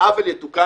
העוול יתוקן,